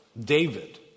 David